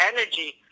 energy